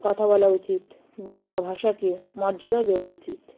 কথা বলা উচিত বাংলা ভাষাকে মর্যাদা দেওয়া উচিত